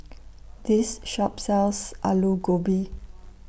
This Shop sells Alu Gobi